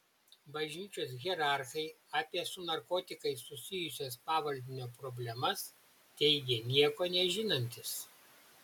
bažnyčios hierarchai apie su narkotikais susijusias pavaldinio problemas teigė nieko nežinantys